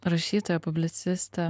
rašytoja publicistė